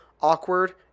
awkward